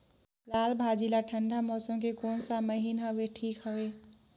लालभाजी ला ठंडा मौसम के कोन सा महीन हवे ठीक हवे?